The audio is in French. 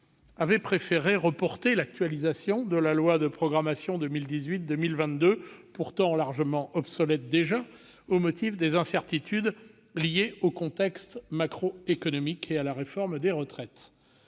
avait préféré reporter l'actualisation de la loi de programmation 2018-2022, pourtant déjà largement obsolète, au motif des incertitudes liées au contexte macroéconomique et à la réforme des retraites.